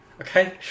okay